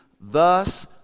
thus